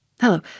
Hello